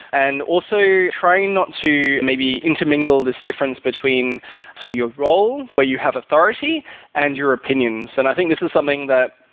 and also, trying not to maybe intermingle this difference between sort of your role, where you have authority and your opinions. and i think this is something that,